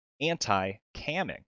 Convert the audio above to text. anti-camming